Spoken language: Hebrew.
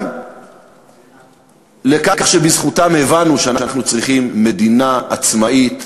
גם על כך שבזכותם הבנו שאנחנו צריכים מדינה עצמאית,